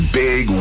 big